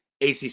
ACC